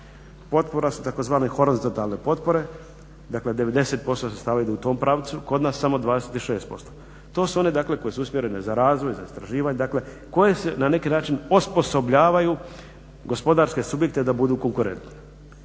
potpora su tzv. horizontalne potpore, dakle 90% sredstava ide u tom pravcu, kod nas samo 26%. To su one dakle koje su usmjerene za razvoj, za istraživanje. Dakle, koje na neki način osposobljavaju gospodarske subjekte da budu konkurentni.